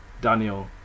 Daniel